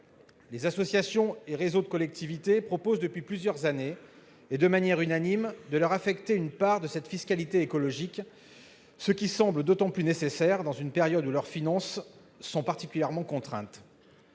Les associations et les réseaux de collectivités proposent depuis plusieurs années, et de manière unanime, de leur affecter une part de cette fiscalité écologique. C'est d'autant plus nécessaire que leurs finances sont particulièrement contraintes.